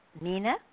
Nina